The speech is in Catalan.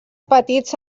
petits